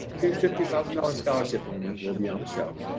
two fifty thousand dollars scholarship winners will be on the show,